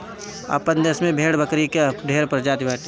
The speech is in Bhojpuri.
आपन देस में भेड़ बकरी कअ ढेर प्रजाति बाटे